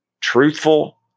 truthful